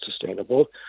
sustainable